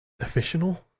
official